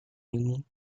ini